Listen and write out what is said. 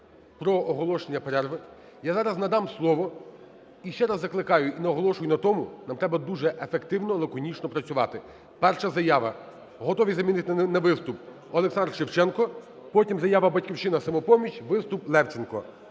про оголошення перерви. Я зараз надам слово. І ще раз закликаю і наголошую на тому: нам треба дуже ефективно і лаконічно працювати. Перша заява – готові замінити на виступ, Олександр Шевченко. Потім заява – "Батьківщина", "Самопоміч", виступ Левченка.